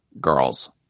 girls